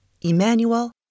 Emmanuel